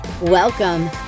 Welcome